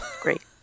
Great